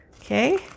okay